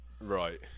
Right